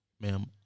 ma'am